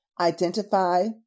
identify